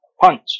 Punch